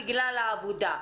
לגבי ימי המתנה.